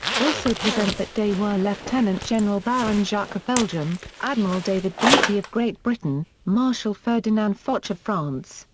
also present that day were lieutenant general baron jacques of belgium, admiral david beatty of great britain, marshal ferdinand foch of france,